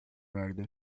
verdi